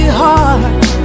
heart